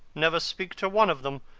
never speak to one of them.